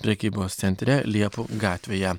prekybos centre liepų gatvėje